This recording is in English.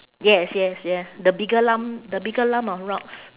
yes yes yes the bigger lump the bigger lump of rocks